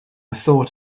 thought